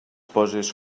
poses